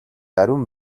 ариун